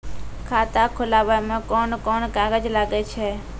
खाता खोलावै मे कोन कोन कागज लागै छै?